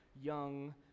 young